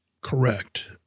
Correct